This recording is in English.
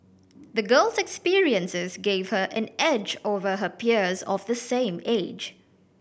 the girl's experiences gave her an edge over her peers of the same age